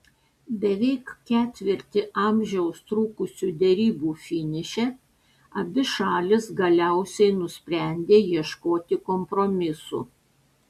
beveik ketvirtį amžiaus trukusių derybų finiše abi šalys galiausiai nusprendė ieškoti kompromisų